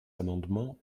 amendements